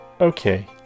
Okay